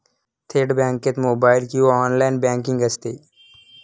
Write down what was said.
थेट बँकेत मोबाइल किंवा ऑनलाइन बँकिंग असते